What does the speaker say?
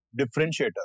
differentiator